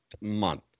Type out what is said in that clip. month